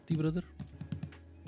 brother